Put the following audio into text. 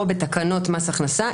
או בתקנות מס הכנסה,